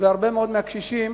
והרבה מאוד מהקשישים